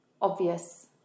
obvious